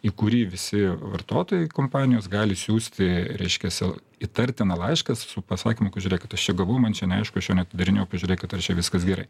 į kurį visi vartotojai kompanijos gali siųsti reiškiasi įtartiną laišką su pasakymu kad žiūrėkit aš čia gavau man čia neaišku aš jo neatidarinėjau prižiūrėkit ar čia viskas gerai